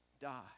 die